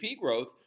growth